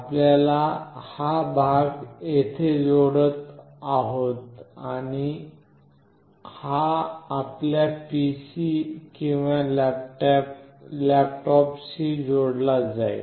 आपण हा भाग येथे जोडत आहात आणि हा आपल्या पीसी किंवा लॅपटॉपशी जोडला जाईल